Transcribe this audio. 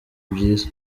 byiza